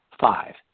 Five